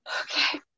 Okay